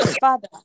Father